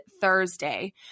Thursday